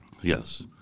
Yes